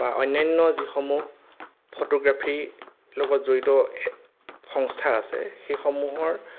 বা অন্যান্য যিসমূহ ফটোগ্ৰাফীৰ লগত জড়িত সংস্থা আছে সেইসমূহৰ